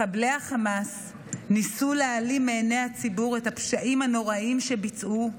מחבלי החמאס ניסו להעלים מעיני הציבור את הפשעים הנוראיים שביצעו,